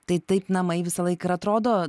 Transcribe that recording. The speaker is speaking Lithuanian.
tai taip namai visą laiką ir atrodo